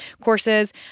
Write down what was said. courses